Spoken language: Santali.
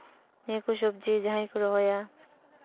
ᱱᱤᱭᱟᱹ ᱠᱚ ᱥᱚᱵᱡᱤ ᱡᱟᱦᱟᱸᱭ ᱠᱚ ᱨᱚᱦᱚᱭᱟ